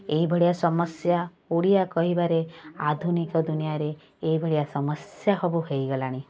ଏଇଭଳିଆ ସମସ୍ୟା ଓଡ଼ିଆ କହିବାରେ ଆଧୁନିକ ଦୁନିଆରେ ଏଇଭଳିଆ ସମସ୍ୟା ସବୁ ହେଇଗଲାଣି